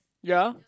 ya